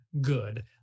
good